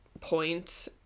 point